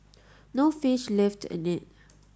no fish lived in it